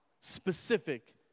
specific